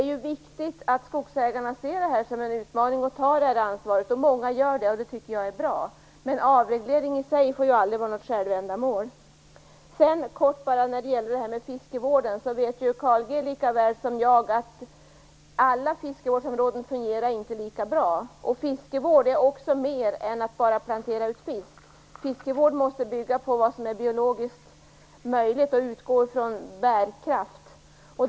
Det är viktigt att skogsägarna ser det här som en utmaning och tar det här ansvaret. Många gör det också, och det tycker jag är bra. Men avreglering får ju aldrig i sig vara något självändamål. Carl G Nilsson vet lika väl som jag att alla fiskevårdsområden inte fungerar lika bra. Fiskevård är också mer än att bara plantera ut fisk. Fiskevård måste bygga på vad som är biologiskt möjligt och utgå från bärkraft.